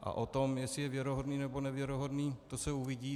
A o tom, jestli je věrohodný, nebo nevěrohodný, to se uvidí.